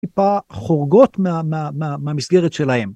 טיפה חורגות מהמסגרת שלהם.